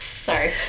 Sorry